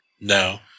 no